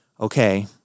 Okay